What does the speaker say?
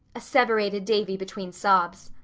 asseverated davy between sobs.